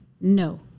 no